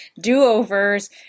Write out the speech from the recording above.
do-overs